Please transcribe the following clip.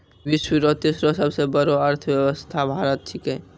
विश्व रो तेसरो सबसे बड़ो अर्थव्यवस्था भारत छिकै